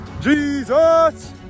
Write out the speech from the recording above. Jesus